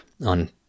on